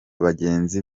bagenzi